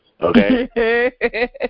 Okay